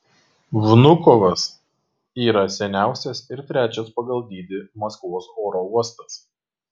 vnukovas yra seniausias ir trečias pagal dydį maskvos oro uostas